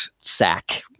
sack